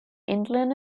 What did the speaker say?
england